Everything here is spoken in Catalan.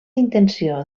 intenció